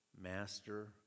master